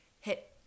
hit